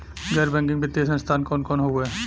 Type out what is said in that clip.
गैर बैकिंग वित्तीय संस्थान कौन कौन हउवे?